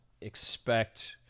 expect